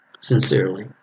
sincerely